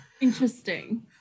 Interesting